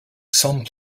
some